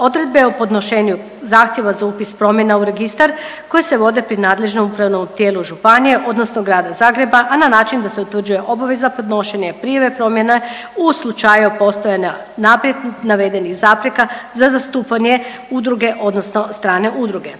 odredbe o podnošenju zahtjeva za upis promjena u registar koje se vode pri nadležnom upravnom tijelu županije, odnosno grada Zagreba a na način da se utvrđuje obveza podnošenja i prijave promjene u slučaju postojanja naprijed navedenih zapreka za zastupanje udruge, odnosno strane udruge.